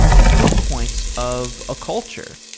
proof points of a culture.